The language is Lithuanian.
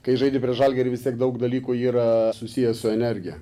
kai žaidi prieš žalgirį vis tiek daug dalykų yra susiję su energija